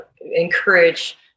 encourage